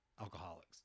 alcoholics